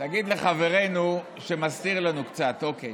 תגיד לחברנו שמסתיר לנו קצת, אוקיי.